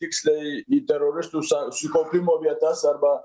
tiksliai į teroristų są sukaupimo vietas arba